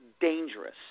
dangerous